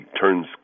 turns